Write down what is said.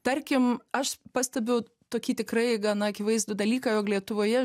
tarkim aš pastebiu tokį tikrai gana akivaizdų dalyką jog lietuvoje